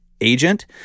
agent